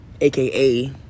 aka